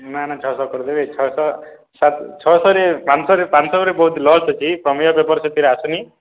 ନା ନା ଛଅଶହ କରିଦେବେ ଛଅଶହ ଛଅଶହରେ ପାଞ୍ଚଶହରେ ପାଞ୍ଚଶହରେ ବହୁତ ଲସ୍ ଅଛି ପ୍ରମେୟ ପେପର୍ ସେଥିରେ ଆସୁନି